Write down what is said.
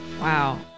Wow